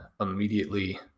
immediately